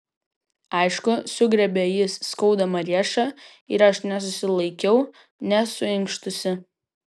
aišku sugriebė jis skaudamą riešą ir aš nesusilaikiau nesuinkštusi